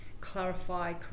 clarify